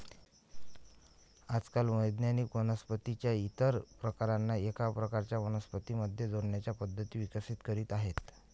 आजकाल वैज्ञानिक वनस्पतीं च्या इतर प्रकारांना एका प्रकारच्या वनस्पतीं मध्ये जोडण्याच्या पद्धती विकसित करीत आहेत